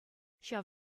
ҫав